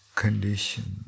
condition